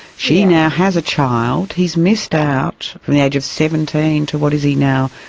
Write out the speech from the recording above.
she now has a child. he's missed out from the age of seventeen to, what is he now,